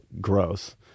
gross